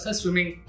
swimming